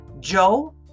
Joe